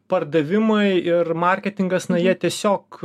pardavimai ir marketingas na jie tiesiog